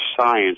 science